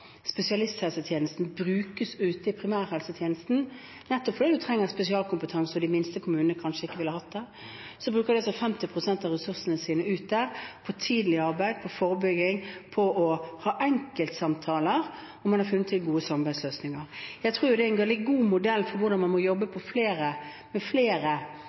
spesialisthelsetjenesten brukes ute i primærhelsetjenesten, nettopp fordi man trenger spesialkompetanse, og de minste kommunene ville kanskje ikke hatt det. De bruker altså 50 pst. av ressursene sine på tidlig arbeid, på forebygging, på å ha enkeltsamtaler – og man har funnet de gode samarbeidsløsningene. Jeg tror det er en veldig god modell for hvordan man må jobbe med flere